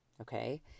Okay